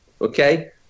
okay